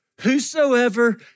Whosoever